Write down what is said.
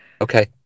Okay